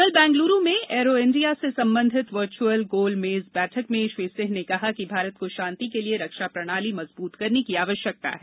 कल बैंगलूरू में Aero India से संबंधित वर्चुअल गोलमेज बैठक में श्री सिंह ने कहा कि भारत को शांति के लिए रक्षा प्रणाली मजबूत करने की आवश्यकता है